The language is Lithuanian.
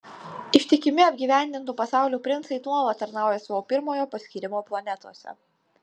ištikimi apgyvendintų pasaulių princai nuolat tarnauja savo pirmojo paskyrimo planetose